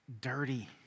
dirty